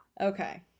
Okay